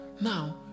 now